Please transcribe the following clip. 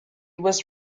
was